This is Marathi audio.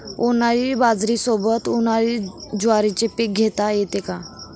उन्हाळी बाजरीसोबत, उन्हाळी ज्वारीचे पीक घेता येते का?